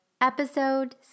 episode